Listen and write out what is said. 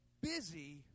busy